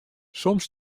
soms